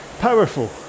powerful